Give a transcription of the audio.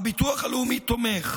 הביטוח הלאומי תומך,